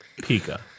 pika